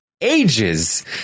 ages